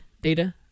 data